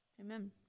Amen